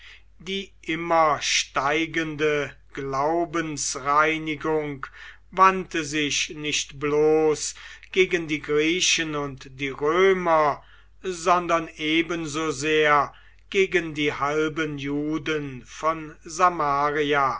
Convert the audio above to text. die immer steigende glaubensreinigung wandte sich nicht bloß gegen die griechen und die römer sondern ebensosehr gegen die halben juden von